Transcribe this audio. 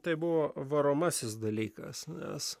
tai buvo varomasis dalykas nes